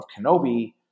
Kenobi –